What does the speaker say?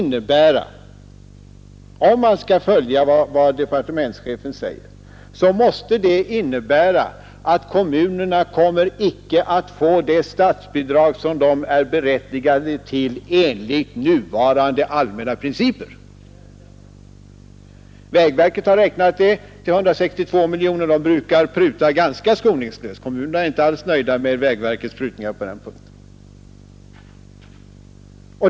Departementschefens förslag innebär att kommunerna icke kommer att få det statsbidrag som de är berättigade till enligt nuvarande allmänna principer. Vägverket har beräknat bidraget till 162 miljoner kronor. Det brukar pruta ganska skoningslöst. Kommunerna är inte alls nöjda med verkets prutningar på den punkten.